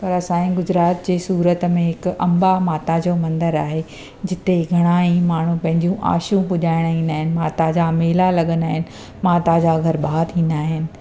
पर असांजी गुजरात जे हिक सूरत में हिकु अंबा माता जो मंदर आहे जिते घणा ई माण्हू पंहिंजूं आशूं पुॼाइणु ईंदा आहिनि माता जा मेला लॻंदा आहिनि माता जा गरबा थींदा आहिनि